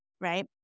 right